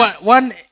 One